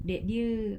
that year